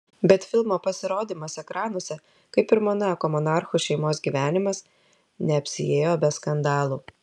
bet filmo pasirodymas ekranuose kaip ir monako monarchų šeimos gyvenimas neapsiėjo be skandalų